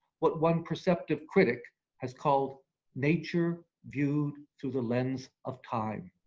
what one perceptive critic has called nature viewed through the lens of time.